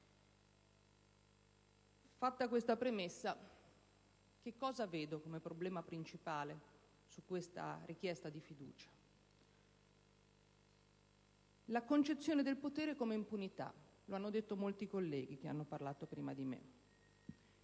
Fatta questa premessa, qual è, a mio avviso, il problema principale di questa richiesta di fiducia? La concezione del potere come impunità. Lo hanno detto molti colleghi che hanno parlato prima di me.